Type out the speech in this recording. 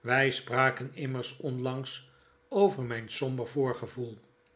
wij spraken immers onlangs over myn somber voorgevoel